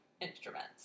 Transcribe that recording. instruments